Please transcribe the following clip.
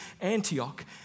Antioch